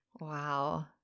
Wow